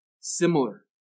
similar